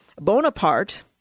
Bonaparte